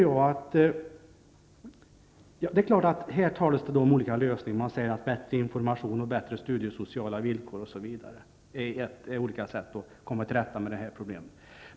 Här talas det om olika lösningar. Man säger att bättre information och bättre studiesociala villkor osv. är olika sätt att komma till rätta med det här problemet.